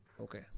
Okay